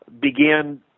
began